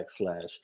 backslash